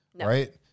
right